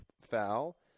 foul